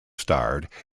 starred